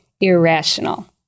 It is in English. irrational